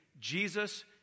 Jesus